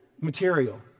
material